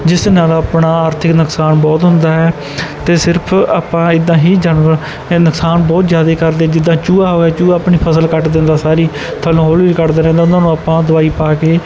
ਜਿਸ ਨਾਲ ਆਪਣਾ ਆਰਥਿਕ ਨਕਸਾਨ ਬਹੁਤ ਹੁੰਦਾ ਹੈ ਅਤੇ ਸਿਰਫ਼ ਆਪਾਂ ਇੱਦਾਂ ਹੀ ਜਾਨਵਰ ਇਹ ਨੁਕਸਾਨ ਬਹੁਤ ਜ਼ਿਆਦਾ ਕਰਦੇ ਜਿੱਦਾਂ ਚੂਹਾ ਹੋਇਆ ਚੂਹਾ ਆਪਣੀ ਫ਼ਸਲ ਕੱਟ ਦਿੰਦਾ ਸਾਰੀ ਥੱਲੋਂ ਹੌਲੀ ਹੌਲੀ ਕੱਟਦਾ ਰਹਿੰਦਾ ਉਹਨਾਂ ਨੂੰ ਆਪਾਂ ਦਵਾਈ ਪਾ ਕੇ